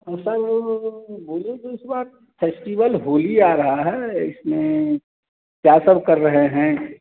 ओ sir वो बोले तो इस बार फ़ेस्टीवल होली आ रहा है इसमें क्या सब कर रहे हैं